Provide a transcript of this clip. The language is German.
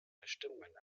bestimmungen